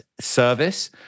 service